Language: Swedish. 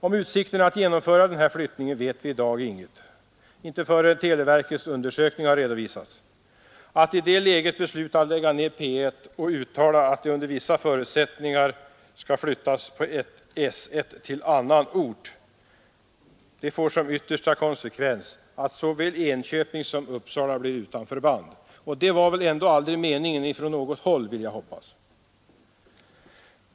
Om utsikterna att genomföra en flyttning vet vi i dag inget förrän televerkets undersökning har redovisats. Att i detta läge besluta att lägga ned P1 och uttala att § 1 under vissa förutsättningar skall flyttas till annan ort får som yttersta konsekvens att såväl Enköping som Uppsala blir utan förband. Det var väl ändå aldrig meningen från något håll, vill jag hoppas.